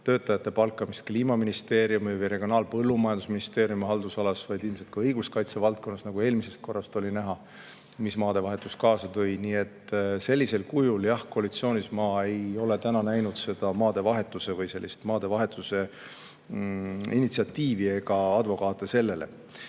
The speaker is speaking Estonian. töötajate palkamist Kliimaministeeriumi või Regionaal‑ ja Põllumajandusministeeriumi haldusalas, vaid ilmselt ka õiguskaitse valdkonnas. Eelmisest korrast oli näha, mida maadevahetus endaga kaasa tõi. Nii et sellisel kujul, jah, koalitsioonis ma ei ole täna näinud sellist maadevahetuse initsiatiivi ega advokaate sellele.